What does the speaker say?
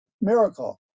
miracle